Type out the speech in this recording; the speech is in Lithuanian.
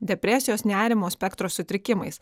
depresijos nerimo spektro sutrikimais